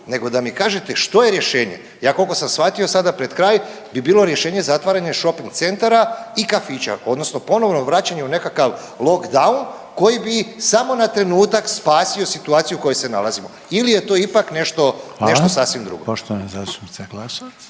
nego da mi kažete što je rješenje. Ja koliko sam shvatio sada pred kraj bi bilo rješenje shopping centara i kafića, odnosno ponovo vraćanje u nekakav lock down, koji bi samo na trenutak spasio situaciju u kojoj se nalazimo. Ili je to ipak nešto, nešto sasvim drugo. **Reiner, Željko (HDZ)** Hvala, poštovana zastupnica Glasovac.